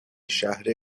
شهر